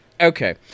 okay